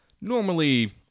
normally